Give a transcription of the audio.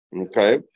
Okay